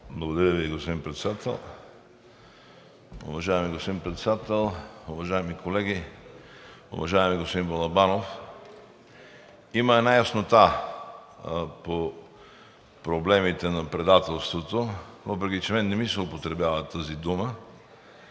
Уважаеми господин Председател, уважаеми колеги! Уважаеми господин Балабанов, има една яснота по проблемите на предателството, въпреки че на мен не ми се употребява тази дума